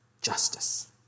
justice